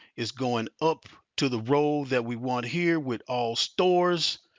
is going up to the row that we want here with all stores.